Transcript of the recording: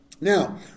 Now